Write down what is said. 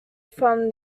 from